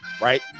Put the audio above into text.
Right